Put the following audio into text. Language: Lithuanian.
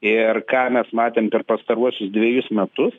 ir ką mes matėm per pastaruosius dvejus metus